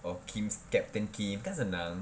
or Kim's Captain Kim's kan senang